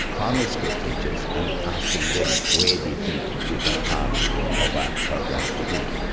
primary school teachers, and asking them where do you think different parts of our program fit in.